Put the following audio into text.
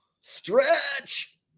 Stretch